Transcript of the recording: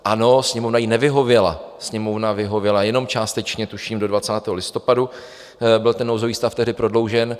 Ano, Sněmovna jí nevyhověla, Sněmovna vyhověla jenom částečně, tuším do 20. listopadu byl ten nouzový stav tehdy prodloužen.